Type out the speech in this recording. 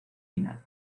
final